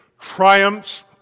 triumphs